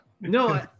No